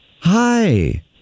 Hi